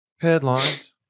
headlines